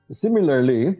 similarly